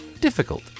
difficult